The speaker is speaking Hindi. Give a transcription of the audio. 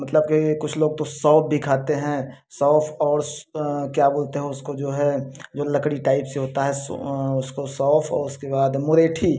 मतलब के कुछ लोग तो सौंफ भी खाते हैं सौंफ और श क्या बोलते हैं उसको जो है जो लकड़ी टाइप से होता है सो उसको सौफ़ औ उसके बाद मुलेठी